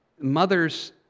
Mothers